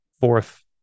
fourth